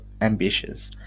ambitious